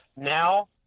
Now